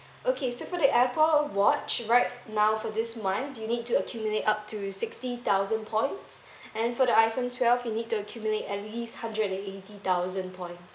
okay so for the Apple watch right now for this month you need to accumulate up to sixty thousand points and for the iPhone twelve you need to accumulate at least hundred and eighty thousand point